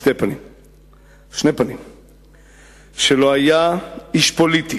שלא היה איש פוליטי